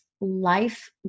Life